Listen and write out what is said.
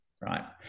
right